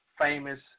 famous